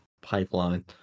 Pipeline